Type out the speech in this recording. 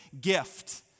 gift